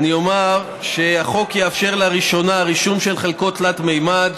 אני אומר שהחוק יאפשר לראשונה רישום של חלקות תלת-ממד,